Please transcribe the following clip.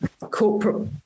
corporate